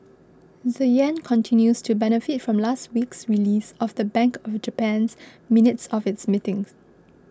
the yen continues to benefit from last week's release of the Bank of Japan's minutes of its meeting